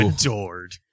Adored